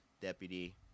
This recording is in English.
deputy